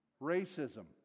racism